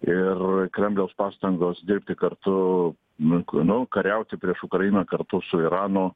ir kremliaus pastangos dirbti kartu nu k nu kariauti prieš ukrainą kartu su iranu